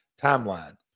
timeline